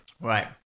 Right